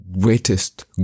greatest